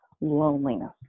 loneliness